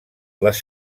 les